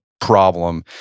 Problem